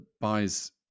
buys